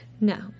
No